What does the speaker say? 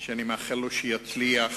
שאני מאחל לו שיצליח.